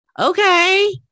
Okay